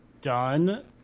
done